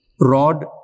rod